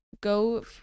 go